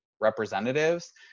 representatives